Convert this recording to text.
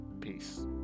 Peace